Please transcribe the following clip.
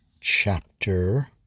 chapter